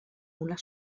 una